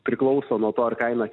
priklauso nuo to ar kaina